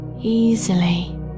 easily